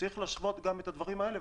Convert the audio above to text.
צריך להשוות גם את הדברים האלה.